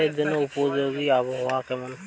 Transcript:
চাষের জন্য উপযোগী আবহাওয়া কেমন?